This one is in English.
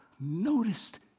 noticed